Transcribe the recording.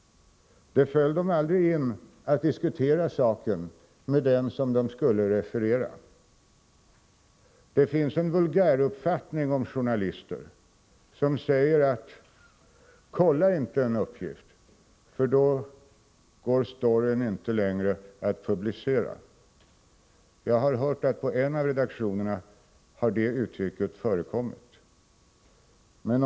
Det föll dem aldrig in att diskutera saken med den som de skulle referera. Det finns en vulgäruppfattning om journalister som säger: ”Kolla inte en uppgift, för då går storyn inte längre att publicera.” Jag har hört att det uttrycket har förekommit på en av redaktionerna.